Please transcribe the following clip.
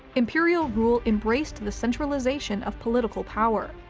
imperial rule embraced the centralization of political power.